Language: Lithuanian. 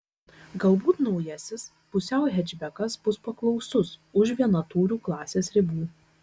galbūt naujasis pusiau hečbekas bus paklausus už vienatūrių klasės ribų